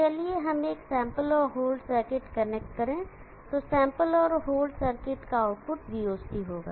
चलिए हम एक सैंपल और होल्ड सर्किट कनेक्ट करें तो सैंपल और होल्ड सर्किट का आउटपुट voc होगा